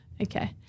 Okay